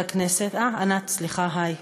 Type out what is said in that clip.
אה, ענת, סליחה, היי,